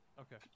Okay